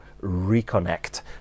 reconnect